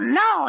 no